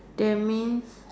that means